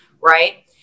Right